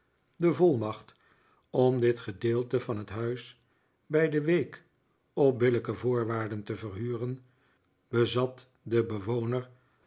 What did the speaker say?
de volmacht om dit gedeelte van het huis bij de week op billijke voorwaarden te verhuren bezat de bewoner